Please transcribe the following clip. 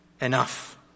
Enough